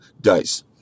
dice